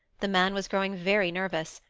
the man was growing very nervous,